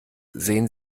sehen